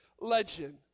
legend